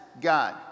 God